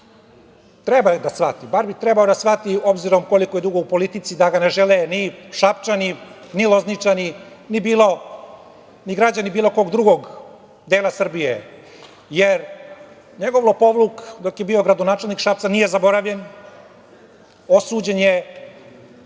treba da shvati, bar bi trebao da shvati koliko je dugo u politici da ga ne žele ni Šapčani, ni Lozničani, ni građani bilo kog drugog dela Srbije, jer njegov lopovluk dok je bio gradonačelnik Šapca nije zaboravljen. Osuđen je